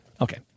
Okay